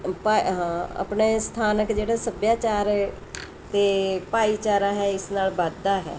ਆਪਾਂ ਹਾਂ ਆਪਣੇ ਸਥਾਨਕ ਜਿਹੜੇ ਸੱਭਿਆਚਾਰ ਅਤੇ ਭਾਈਚਾਰਾ ਹੈ ਇਸ ਨਾਲ਼ ਵੱਧਦਾ ਹੈ